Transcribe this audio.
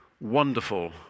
wonderful